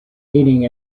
meaning